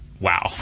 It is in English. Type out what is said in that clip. Wow